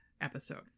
episode